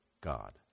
God